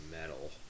metal